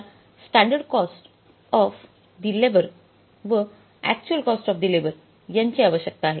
आपल्याला standard cost of the labour व actual cost of the labour यांची आवश्यकता आहे